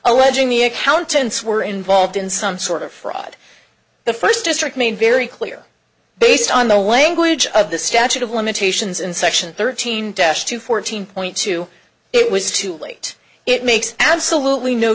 alleging the accountants were involved in some sort of fraud the first district made very clear based on the language of the statute of limitations in section thirteen desh to fourteen point two it was too late it makes absolutely no